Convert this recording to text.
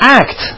act